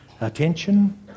attention